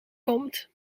komt